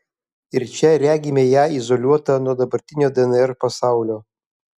ir čia regime ją izoliuotą nuo dabartinio dnr pasaulio